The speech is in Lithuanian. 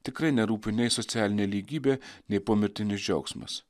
tikrai nerūpi nei socialinė lygybė nei pomirtinis džiaugsmas